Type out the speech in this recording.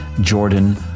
Jordan